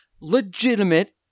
legitimate